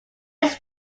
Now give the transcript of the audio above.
its